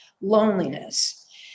loneliness